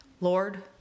Lord